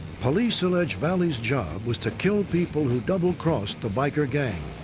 police allege, vallee's job was to kill people who double crossed the biker gang.